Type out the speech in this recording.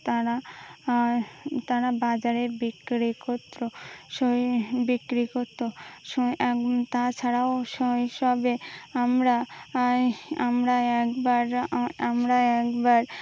তারা তারা বাজারে বিক্রি করতো টিক্রি করতো তাছাড়াও শৈশবে আমরা আমরা একবার আমরা একবার